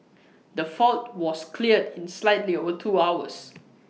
the fault was cleared in slightly over two hours